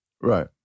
Right